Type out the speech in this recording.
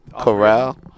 Corral